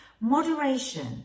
moderation